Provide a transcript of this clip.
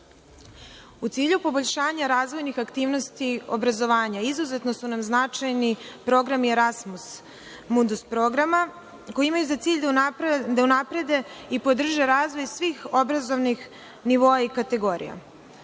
cilju poboljšanja razvojnih aktivnosti obrazovanja izuzetno su nam značajni program „Erasmus mundus“ program, koji imaju za cilj da unaprede i podrže razvoj svih obrazovnih nivoa i kategorija,